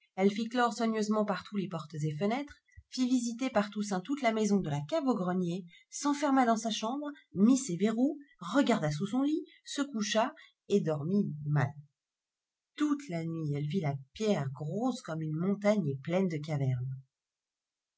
clore soigneusement partout les portes et fenêtres fit visiter par toussaint toute la maison de la cave au grenier s'enferma dans sa chambre mit ses verrous regarda sous son lit se coucha et dormit mal toute la nuit elle vit la pierre grosse comme une montagne et pleine de cavernes